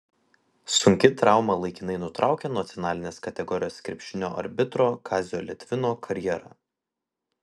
sunki trauma laikinai nutraukė nacionalinės kategorijos krepšinio arbitro kazio litvino karjerą